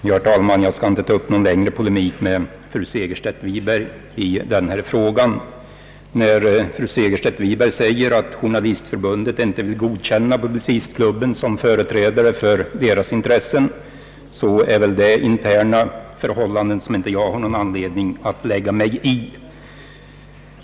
Herr talman! Jag skall inte ta upp någon längre polemik med fru Segerstedt Wiberg i den här frågan. Fru Segerstedt Wiberg säger att Journalistförbundet inte vill erkänna Publicistklubben som företrädare för förbundets intressen, men det är väl interna för hållanden som jag inte har någon anledning att lägga mig i.